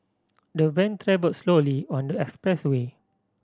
the van travelled slowly on the expressway